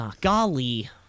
golly